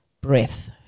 breath